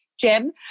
Jen